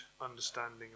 understanding